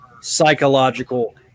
psychological